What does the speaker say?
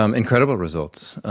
um incredible results.